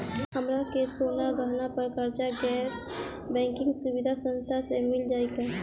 हमरा के सोना गहना पर कर्जा गैर बैंकिंग सुविधा संस्था से मिल जाई का?